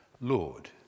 Lord